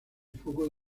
foco